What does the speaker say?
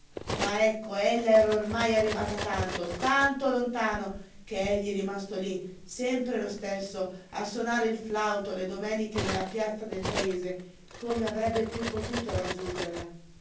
ma ecco ella era ormai arrivata tanto tanto lontano che egli rimasto lí sempre lo stesso a sonare il flauto le domeniche nella piazza del paese come avrebbe piú potuto raggiungerla